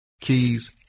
keys